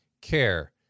care